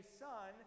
son